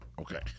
Okay